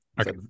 Okay